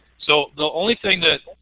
so the only thing